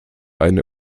eine